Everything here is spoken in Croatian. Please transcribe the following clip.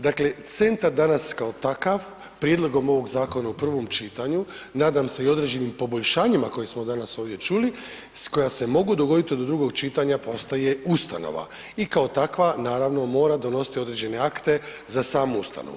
Dakle, centar danas kao takav prijedlogom ovog zakona u prvom čitanju, nadam se i određenim poboljšanjima koje smo danas ovdje čuli koja se mogu dogodit do drugo čitanja, pa ostaje ustanova i kao takva naravno mora donositi određene akte za samu ustanovu.